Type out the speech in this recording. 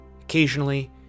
Occasionally